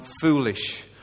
foolish